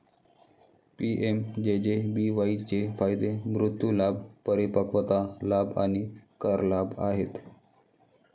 PMJJBY चे फायदे मृत्यू लाभ, परिपक्वता लाभ आणि कर लाभ आहेत